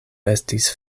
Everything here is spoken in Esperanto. estis